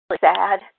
sad